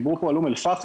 דיברו פה על אום אל פחם,